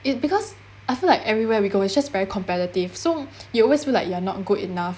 it because I feel like everywhere we go is just very competitive so you always feel like you're not good enough